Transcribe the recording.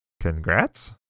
Congrats